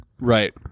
Right